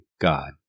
God